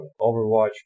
Overwatch